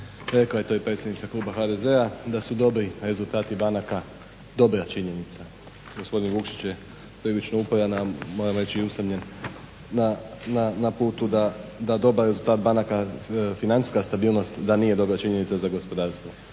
rekla je to i predstavnica kluba HDZ-a da su dobri rezultati banaka dobra činjenica. Gospodin Vukšić je prilično uporan, a moram reći i usamljen na putu da dobar rezultat banaka financijska stabilnost da nije dobra činjenica za gospodarstvo.